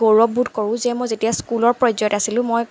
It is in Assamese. গৌৰৱবোধ কৰোঁ যে মই যেতিয়া স্কুলৰ পৰ্যায়ত আছিলোঁ মই